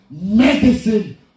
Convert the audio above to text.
Medicine